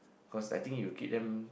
cause I think you keep them